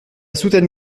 soutane